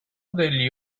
degli